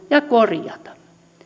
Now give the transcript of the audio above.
ja korjata